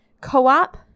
co-op